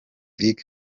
lick